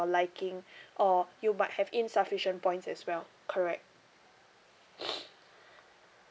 liking or you might have insufficient points as well correct